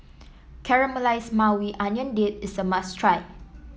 Caramelized Maui Onion Dip is a must try